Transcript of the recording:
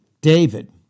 David